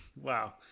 Wow